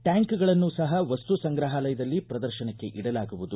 ಟ್ಕಾಂಕ್ಗಳನ್ನೂ ಸಹ ವಸ್ತು ಸಂಗ್ರಹಾಲಯದಲ್ಲಿ ಪ್ರದರ್ತನಕ್ಕೆ ಇಡಲಾಗುವುದು